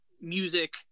music